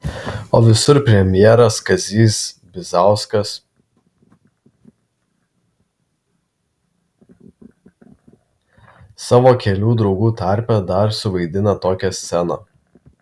o visur premjeras kazys bizauskas savo kelių draugų tarpe dar suvaidina tokią sceną